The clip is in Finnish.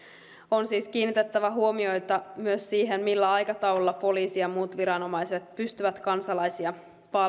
on siis kiinnitettävä huomiota myös siihen millä aikataululla poliisi ja muut viranomaiset pystyvät kansalaisia